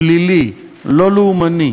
פלילי, לא לאומני,